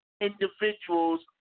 individuals